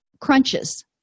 crunches